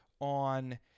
on